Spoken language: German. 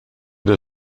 der